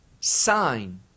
sign